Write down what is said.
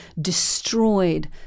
destroyed